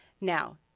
now